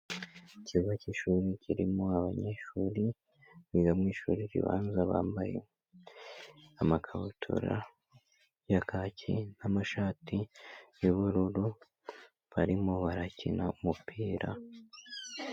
Ikigo cy'ishuri kirimo abanyeshuri biga mu ishuri ribanza, bambaye amakabutura ya kaki n'amashati y'ubururu, barimo barakina umupira.